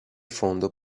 fondo